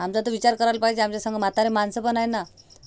आमचा तर विचार करायला पाहिजे आमच्या संग म्हातारे माणसंपण आहे ना